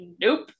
nope